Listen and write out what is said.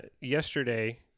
Yesterday